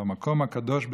במקום הקדוש,